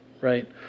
right